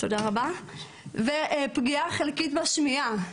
ופגיעה חלקית בשמיעה.